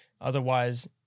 Otherwise